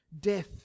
death